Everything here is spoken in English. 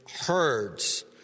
herds